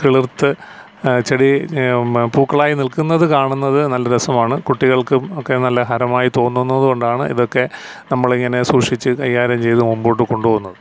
കിളിർത്ത് ചെടി മ പൂക്കളായി നിൽക്കുന്നത് കാണുന്നത് നല്ല രസമാണ് കുട്ടികൾക്കും ഒക്കെ നല്ല ഹരമായി തോന്നുന്നത് കൊണ്ടാണ് ഇതൊക്കെ നമ്മളിങ്ങനെ സൂക്ഷിച്ചു കൈകാര്യം ചെയ്തു മുൻപോട്ടു കൊണ്ടുപോകുന്നത്